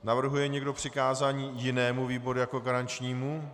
Navrhuje někdo přikázání jinému výboru jako garančnímu?